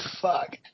fuck